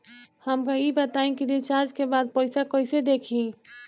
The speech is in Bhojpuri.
हमका ई बताई कि रिचार्ज के बाद पइसा कईसे देखी?